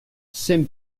saint